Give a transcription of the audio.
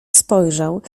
spojrzał